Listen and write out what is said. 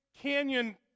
canyon